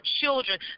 children